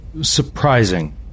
surprising